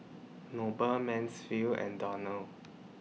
Noble Mansfield and Donnell